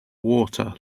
water